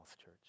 church